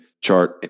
chart